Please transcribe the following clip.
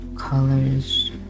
colors